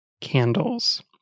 candles